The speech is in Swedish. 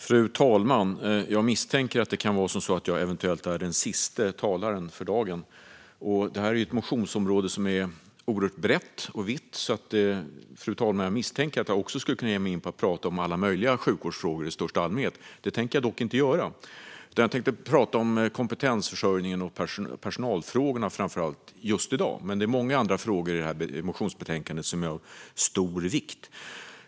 Fru talman! Jag är eventuellt den sista talaren för dagen. Det här är ett oerhört brett och vitt motionsområde, så jag misstänker, fru talman, att jag i största allmänhet skulle kunna tala om alla möjliga sjukvårdsfrågor. Det tänker jag dock inte göra. Jag tänker just i dag framför allt tala om kompetensförsörjning och personalfrågor. Men det finns många frågor i detta motionsbetänkande som är av stor vikt.